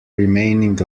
remaining